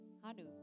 Hanu